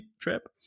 trip